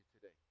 today